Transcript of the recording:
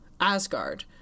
Asgard